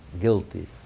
Guilty